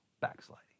backsliding